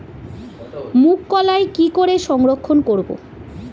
মুঘ কলাই কি করে সংরক্ষণ করব?